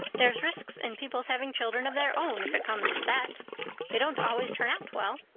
there's risks in people's having children of their own if it comes to that they don't always turn out well.